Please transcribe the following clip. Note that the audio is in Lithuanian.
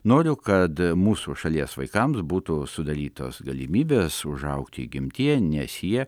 noriu kad mūsų šalies vaikams būtų sudarytos galimybės užaugti įgimtiem nes jie